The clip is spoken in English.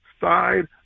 side